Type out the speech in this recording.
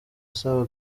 asaba